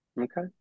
Okay